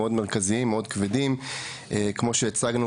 מרכזיים וכבדים מאוד.